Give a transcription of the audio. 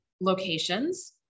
locations